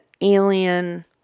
alien